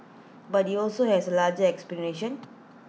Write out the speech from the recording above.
but he also has A larger aspiration